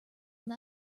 will